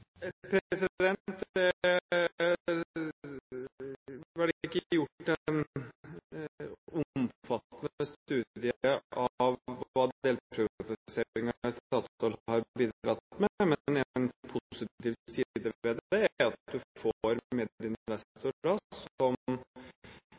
av hva delprivatiseringen i Statoil har bidratt med, men en positiv side ved det er at du får